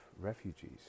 refugees